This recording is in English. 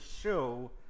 show